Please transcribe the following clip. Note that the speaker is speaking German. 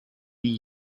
die